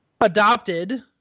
adopted